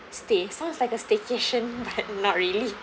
stay sounds like a staycation but not really